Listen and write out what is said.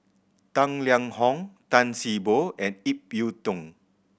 Tang Liang Hong Tan See Boo and Ip Yiu Tung